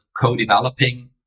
co-developing